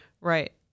Right